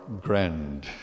grand